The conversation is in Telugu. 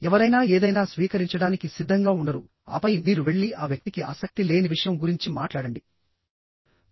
ఎవరైనా ఏదైనా స్వీకరించడానికి సిద్ధంగా ఉండరు ఆపై మీరు వెళ్లి ఆ వ్యక్తికి ఆసక్తి లేని విషయం గురించి మాట్లాడండి